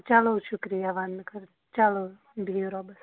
چلو شُکریہ وَننہٕ خٲطرٕ چلو بیٚہِو رۄبَس حَوالہٕ